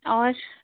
اور